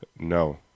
No